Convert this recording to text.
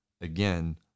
again